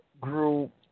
group